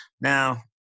now